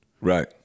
Right